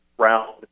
Round